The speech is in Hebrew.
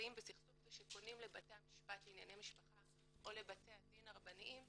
שנמצאים בסכסוך ופונים לבתי המשפט לענייני משפחה או לבתי הדין הרבניים